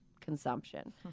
consumption